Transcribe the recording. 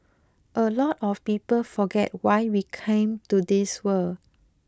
a lot of people forget why we came to this world